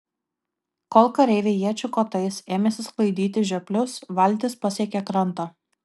kol kareiviai iečių kotais ėmėsi sklaidyti žioplius valtis pasiekė krantą